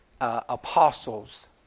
Apostles